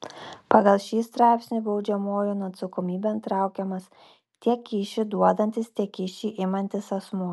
pagal šį straipsnį baudžiamojon atsakomybėn traukiamas tiek kyšį duodantis tiek kyšį imantis asmuo